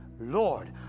Lord